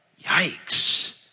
Yikes